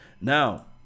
Now